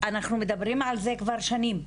אנחנו מדברים על זה כבר שנים.